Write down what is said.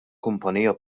kumpanija